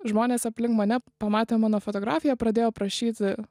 žmonės aplink mane pamatę mano fotografiją pradėjo prašyti